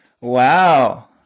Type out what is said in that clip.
Wow